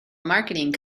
marketing